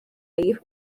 leave